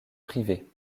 privée